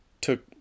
took